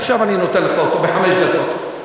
עכשיו אני נותן לך, בחמש דקות.